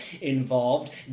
involved